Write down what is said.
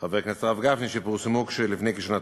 חבר הכנסת הרב גפני, שפורסמו לפני כשנתיים.